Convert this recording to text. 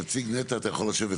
נציג נת"ע אתה יכול לשבת.